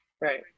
Right